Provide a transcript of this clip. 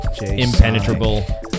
impenetrable